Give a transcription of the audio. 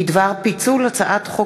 הצעת חוק